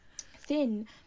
thin